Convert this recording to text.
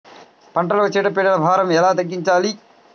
పంటలకు చీడ పీడల భారం ఎలా తగ్గించాలి?